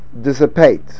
dissipate